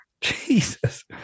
Jesus